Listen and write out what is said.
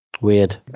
Weird